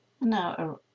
Now